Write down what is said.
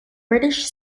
british